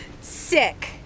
Sick